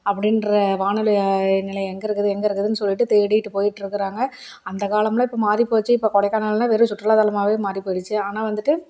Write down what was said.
அப்படின்ற வானொலி நிலையம் எங்கே இருக்குது எங்கே இருக்குதுன்னு சொல்லிவிட்டு தேடிகிட்டு போயிகிட்டு இருக்கிறாங்க அந்த காலம் எல்லாம் இப்போ மாறிப்போச்சு இப்போ கொடைக்கானல்னா வெறும் சுற்றுலாத்தலமாகவே மாறி போயிடுச்சு ஆனால் வந்துவிட்டு